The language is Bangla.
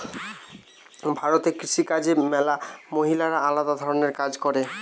ভারতে কৃষি কাজে ম্যালা মহিলারা আলদা ধরণের কাজ করে